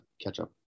Ketchup